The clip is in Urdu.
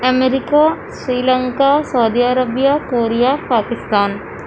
امریکہ سری لنکا سعودی عربیہ کوریا پاکستان